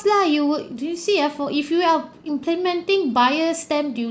lah you would do you see ah for if you are implementing buyer's stamp duty